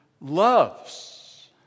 loves